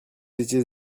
étiez